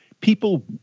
people